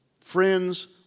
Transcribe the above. friends